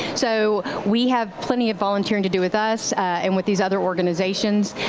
so we have plenty of volunteering to do with us and with these other organizations.